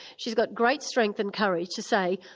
she's got great strength and courage to say,